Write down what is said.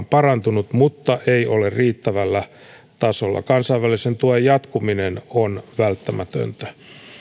parantunut mutta ei ole riittävällä tasolla kansainvälisen tuen jatkuminen on välttämätöntä